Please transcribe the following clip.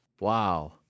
Wow